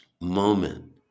moment